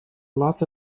lots